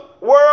World